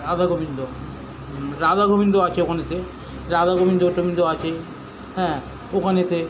রাধা গোবিন্দ রাধা গোবিন্দ আছে ওখানেতে রাধা গোবিন্দ টোবিন্দ আছে হ্যাঁ ওখানেতে